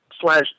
slash